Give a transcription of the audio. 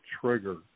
trigger